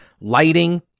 lighting